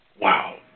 Wow